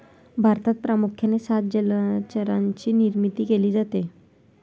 भारतात प्रामुख्याने सात जलचरांची निर्मिती केली जाते